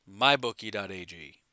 mybookie.ag